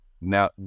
Now